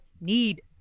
need